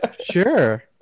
sure